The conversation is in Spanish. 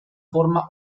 forma